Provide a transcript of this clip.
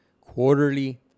quarterly